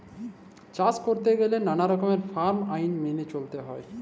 চাষ ক্যইরতে গ্যালে ম্যালা রকমের ফার্ম আইল মালে চ্যইলতে হ্যয়